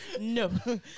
no